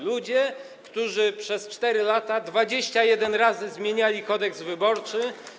Ludzie, którzy przez 4 lata 21 razy zmieniali Kodeks wyborczy.